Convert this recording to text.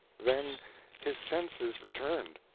then his senses returned.